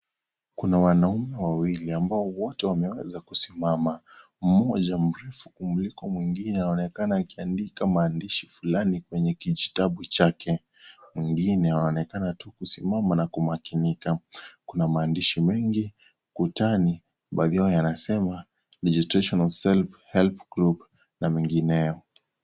Kuna wanaume wawili ambao wote wameweza kusimama, mmoja mrefu kumliko mwingine anaonekana akiandika maandishi fulani kwenye kijitabu chake, mwingine anaonekana tu kusimama na kumakinika kuna maandishi mengi ukutani baadhi yao yanasema {cs} registration of self help group na mengineo {cs}.